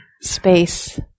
space